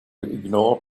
ignore